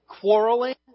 quarreling